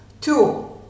Two